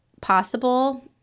possible